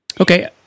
Okay